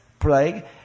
plague